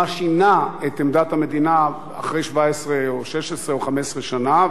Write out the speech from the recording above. מה שינה את עמדת המדינה אחרי 17 או 16 או 15 שנה,